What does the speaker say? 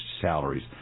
salaries